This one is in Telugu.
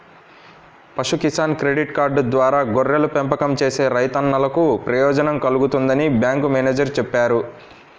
పశు కిసాన్ క్రెడిట్ కార్డు ద్వారా గొర్రెల పెంపకం చేసే రైతన్నలకు ప్రయోజనం కల్గుతుందని బ్యాంకు మేనేజేరు చెప్పారు